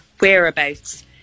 whereabouts